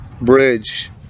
bridge